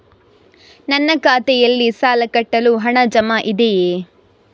ನನ್ನ ಖಾತೆಯಲ್ಲಿ ಸಾಲ ಕಟ್ಟಲು ಹಣ ಜಮಾ ಇದೆಯೇ?